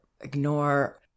ignore